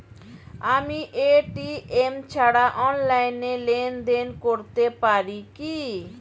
আমি এ.টি.এম ছাড়া অনলাইনে লেনদেন করতে পারি কি?